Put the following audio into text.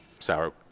Sour